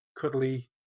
cuddly